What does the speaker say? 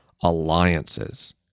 alliances